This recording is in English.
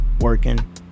working